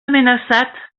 amenaçat